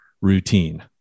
routine